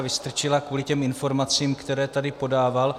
Vystrčila kvůli informacím, které tady podával.